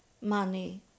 money